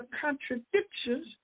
contradictions